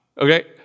Okay